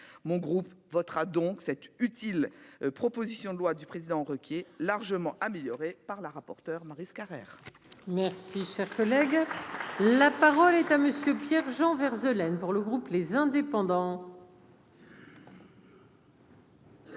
mon groupe votera donc cette utile, proposition de loi du président Ruquier largement améliorée par la rapporteure Maryse Carrère. Merci, cher collègue, la parole est à monsieur Pierre. Jean verse laine pour le groupe, les indépendants.